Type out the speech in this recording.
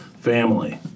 family